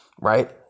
Right